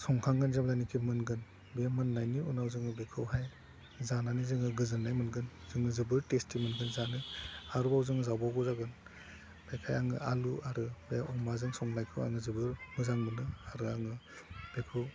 संखांगोन जेब्लानोखि मोनगोन बे मोननायनि उनाव जोङो बेखौहाय जानानै जोङो गोजोन्नाय मोनगोन जोङो जोबोद टेस्टि मोनगोन जानो आरोबाव जोङो जाबावगौ जागोन बेखायनो आङो आलु आरो बे अमाजों संनायखौ आङो जोबोर मोजां मोनो आरो आङो बेखौ